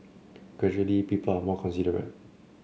gradually people are more considerate